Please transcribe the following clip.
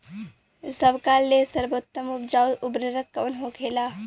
सबका ले सर्वोत्तम उपजाऊ उर्वरक कवन होखेला?